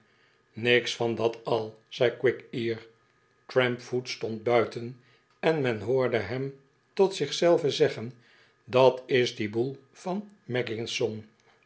niets van dat al zei quickear trampfoot stond buiten en men hoorde hem tot zich zelven zeggen dat is die boel van